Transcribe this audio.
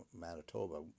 Manitoba